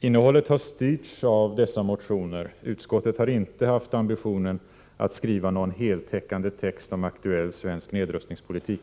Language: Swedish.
Innehållet har styrts av dessa motioner. Utskottet har inte haft ambitionen att skriva någon heltäckande text om aktuell svensk nedrustningspolitik.